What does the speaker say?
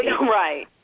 Right